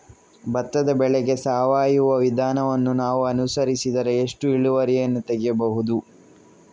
ಭತ್ತದ ಬೆಳೆಗೆ ಸಾವಯವ ವಿಧಾನವನ್ನು ನಾವು ಅನುಸರಿಸಿದರೆ ಎಷ್ಟು ಇಳುವರಿಯನ್ನು ತೆಗೆಯಬಹುದು?